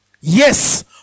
Yes